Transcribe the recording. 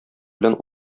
белән